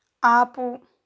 ఆపు